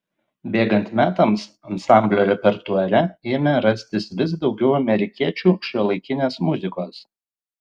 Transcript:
bėgant metams ansamblio repertuare ėmė rastis vis daugiau amerikiečių šiuolaikinės muzikos